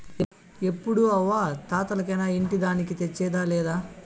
ఎప్పుడూ అవ్వా తాతలకేనా ఇంటి దానికి తెచ్చేదా లేదా